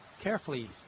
carefully